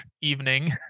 evening